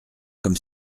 comme